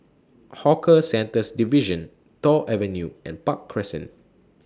Hawker Centres Division Toh Avenue and Park Crescent